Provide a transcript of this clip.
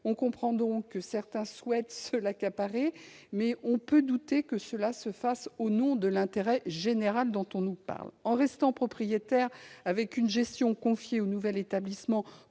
On comprend donc que certains souhaitent l'accaparer, mais on peut douter que cela se fasse au nom de l'intérêt général. En restant propriétaire, avec une gestion confiée au nouvel établissement